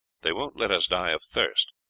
they won't let us die of thirst,